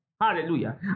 Hallelujah